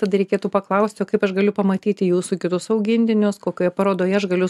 tada reikėtų paklausti o kaip aš galiu pamatyti jūsų kitus augintinius kokioje parodoje aš galiu